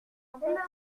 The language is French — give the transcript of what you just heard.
empêche